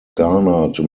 garnered